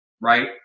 right